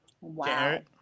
Wow